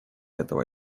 этого